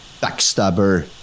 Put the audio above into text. backstabber